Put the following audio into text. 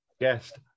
guest